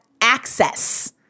access